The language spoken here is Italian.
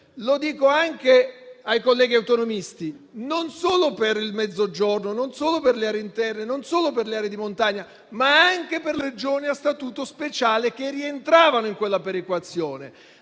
lo dico anche ai colleghi autonomisti - non solo per il Mezzogiorno, non solo per le aree interne, non solo per le aree di montagna, ma anche per le Regioni a Statuto speciale che rientravano in quella perequazione.